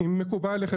אם מקובל עליכם,